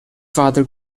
father